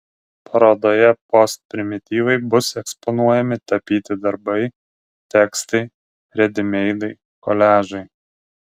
parodoje postprimityvai bus eksponuojami tapyti darbai tekstai redimeidai koliažai